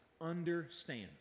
understands